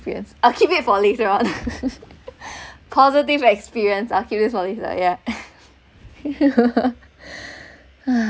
experience I keep it for later on positive experience I keep it for later yeah